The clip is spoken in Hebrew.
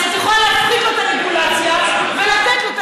אז את יכולה להפחית לו את הרגולציה ולתת לו את